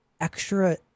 extra